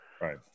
Right